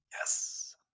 Yes